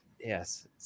Yes